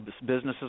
businesses